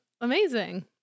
amazing